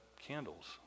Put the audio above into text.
candles